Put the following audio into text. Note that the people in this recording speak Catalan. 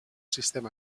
sistema